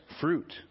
fruit